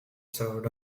served